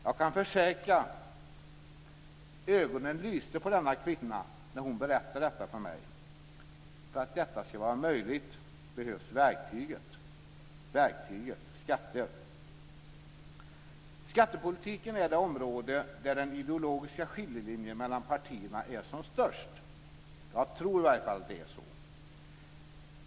Jag kan försäkra att ögonen lyste på denna kvinna när hon berättade detta för mig. För att detta ska vara möjligt behövs verktyget - Skattepolitiken är det område där den ideologiska skiljelinjen mellan partierna är som tydligast. Jag tror i varje fall att det är så.